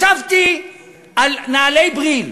ישבתי על נעלי "בריל",